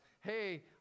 hey